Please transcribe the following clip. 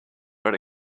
but